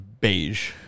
beige